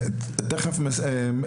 חברת הכנסת גוטליב, תתני לו לסיים את דבריו.